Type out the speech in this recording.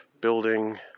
building